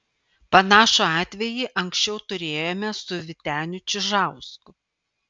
panašų atvejį anksčiau turėjome su vyteniu čižausku